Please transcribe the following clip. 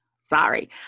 sorry